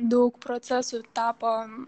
daug procesų tapo